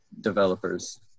developers